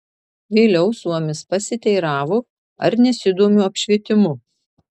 vėliau suomis pasiteiravo ar nesidomiu apšvietimu